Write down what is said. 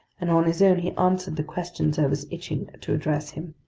and on his own he answered the questions i was itching to address him.